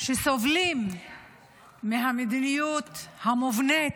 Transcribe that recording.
שסובלים מהמדיניות המובנית,